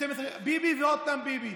ביבי ועוד פעם ביבי.